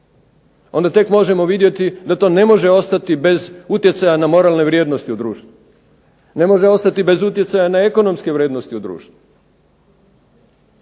onda tek možemo vidjeti da to ne može ostati bez utjecaja na moralne vrijednosti u društvu. Ne može ostati bez utjecaja na ekonomske vrijednosti u društvu.